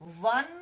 one